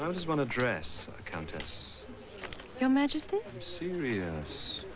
um does one address a countess your majesty? i'm serious.